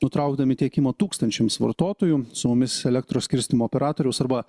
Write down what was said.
nutraukdami tiekimą tūkstančiams vartotojų su mumis elektros skirstymo operatoriaus arba